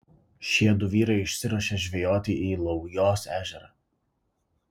šie du vyrai išsiruošė žvejoti į laujos ežerą